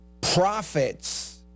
profits